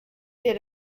did